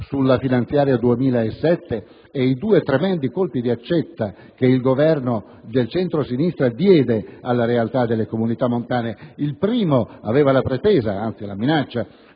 legge finanziaria 2007 e i due tremendi colpi d'accetta che il Governo del centrosinistra diede alla realtà delle comunità montane. Il primo aveva la pretesa, anzi era la minaccia,